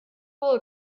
will